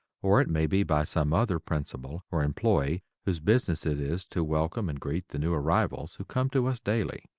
or it may be by some other principal or employee, whose business it is to welcome and greet the new arrivals who come to us daily.